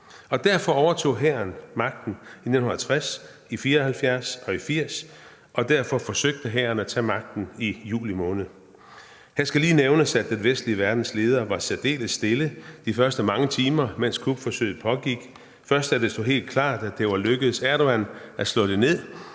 Derfor overtog hæren magten i 1960, 1971 og i 1980, og derfor forsøgte hæren at tage magten i juli måned. Her skal lige nævnes, at den vestlige verdens ledere var særdeles stille de første mange timer, mens kupforsøget pågik. Først, da det stod helt klart, at det var lykkedes Erdogan at slå det ned,